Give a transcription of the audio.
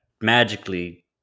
magically